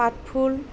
পাতফুল